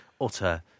utter